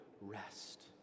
rest